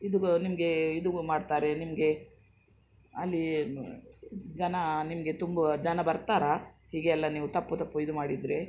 ಇದುಗೊ ನಿಮಗೆ ಇದುಗೊ ಮಾಡ್ತಾರೆ ನಿಮಗೆ ಅಲ್ಲೀ ನು ಜನ ನಿಮಗೆ ತುಂಬುವ ಜನ ಬರ್ತಾರಾ ಹೀಗೆ ಎಲ್ಲ ನೀವು ತಪ್ಪು ತಪ್ಪು ಇದು ಮಾಡಿದರೆ